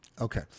Okay